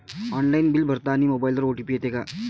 Online bill भरतानी मोबाईलवर OTP येते का?